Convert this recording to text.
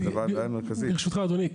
ברשותך אדוני,